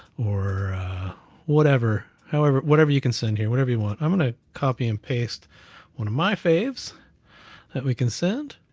or a whatever, however, whatever you can send here whenever you want. i'm gonna copy, and paste one of my faves that we can send.